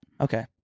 Okay